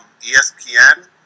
ESPN